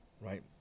right